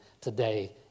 today